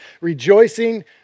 Rejoicing